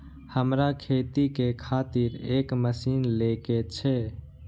हमरा खेती के खातिर एक मशीन ले के छे?